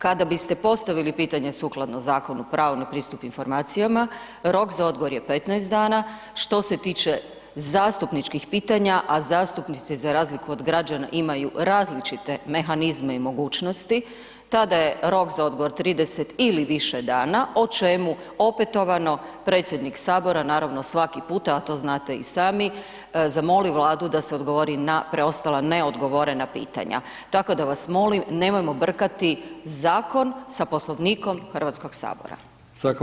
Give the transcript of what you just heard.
Kada biste postavili pitanje sukladno Zakonu o pravu na pristup informacijama rok za odgovor je 15 dana, što se tiče zastupničkih pitanja, a zastupnici za razliku od građana imaju različite mehanizme i mogućnosti, tada je rok za odgovor 30 ili više dana, o čemu opetovano predsjednik HS naravno svaki puta, a to znate i sami, zamoli Vladu da se odgovori na preostala neodgovorena pitanja, tako da vas molim nemojmo brkati zakon sa Poslovnikom HS.